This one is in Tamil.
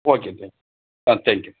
okay thank you ah thank you